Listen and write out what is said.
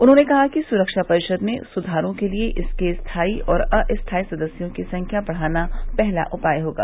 उसने कहा कि सुरक्षा परिषद में सुधारों के लिए इसके स्थायी और अस्थायी सदस्यों की संख्या बढ़ाना पहला उपाय होगा